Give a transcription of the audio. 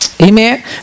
Amen